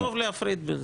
חשוב להפריד.